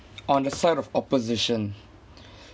on the side of opposition